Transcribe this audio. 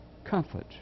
Comfort